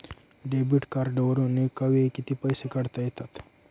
Debit कार्डवरुन एका वेळी किती पैसे काढता येतात?